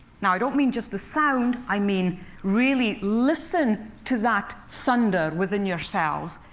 now, i don't mean just the sound i mean really listen to that thunder within yourselves.